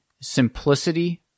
simplicity